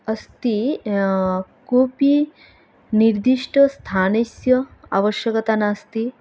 अस्ति कोपि निर्दिष्टस्थानस्य आवश्यकता नास्ति